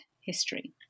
history